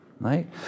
right